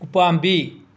ꯎꯄꯥꯝꯕꯤ